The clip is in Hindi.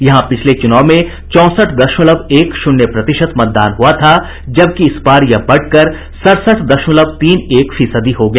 यहां पिछले चुनाव में चौसठ दशमलव एक शून्य प्रतिशत मतदान हुआ था जबकि इस बार यह बढ़कर सड़सठ दशमलव तीन एक फीसदी हो गया